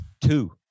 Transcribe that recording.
Two